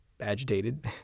agitated